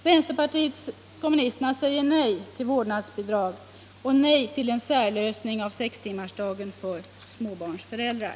Vänsterpartiet kommunisterna säger nej till vårdnadsbidrag och en särlösning av sextimmarsdagen för småbarnsföräldrar.